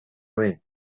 wins